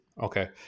okay